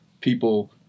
people